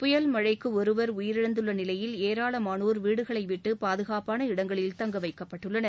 புயல் மழைக்கு ஒருவர் உயிரிழந்துள்ள நிலையில் ஏராளமானோர் வீடுகளை விட்டு பாதுகாப்பான இடங்களில் தங்க வைக்கப்பட்டுள்ளனர்